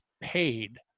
paid